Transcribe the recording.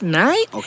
night